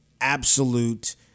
absolute